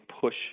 push